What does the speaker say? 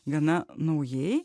gana naujai